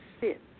sit